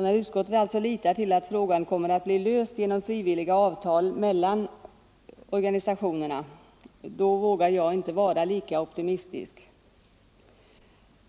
När utskottet litar till att frågan kommer att bli löst genom frivilliga avtal vågar inte jag vara lika optimistisk.